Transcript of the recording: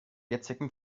jetzigen